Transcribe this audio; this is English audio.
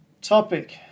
topic